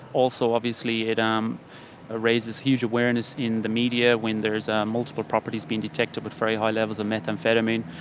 also obviously it um ah raises huge awareness in the media when there is multiple properties being detected with very high levels of methamphetamine,